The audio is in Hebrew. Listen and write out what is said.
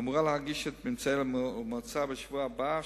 ואמורה להגיש את ממצאיה למועצה בשבוע הבא,